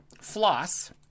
Floss